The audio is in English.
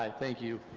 um thank you,